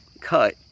cut